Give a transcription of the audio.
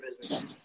business